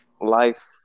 life